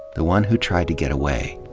the one who tried to get away.